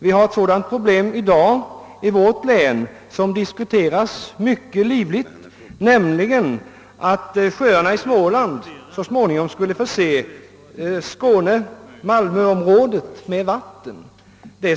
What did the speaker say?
Vi har ett sådant problem i vårt län, vilket diskuteras mycket livligt, nämligen det förhållandet att sjöarna i Småland så småningom skulle förse malmöområdet med vatten.